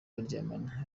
baryamana